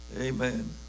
Amen